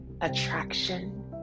attraction